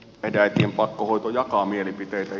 päihdeäitien pakkohoito jakaa mielipiteitä